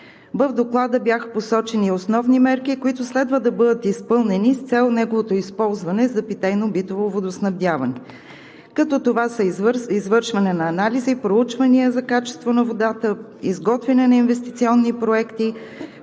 В доклада бяха посочени и основни мерки, които следва да бъдат изпълнени с цел неговото използване за питейно-битово водоснабдяване, като това са: извършване на анализи, проучвания за качество на водата, изготвяне на инвестиционни проекти,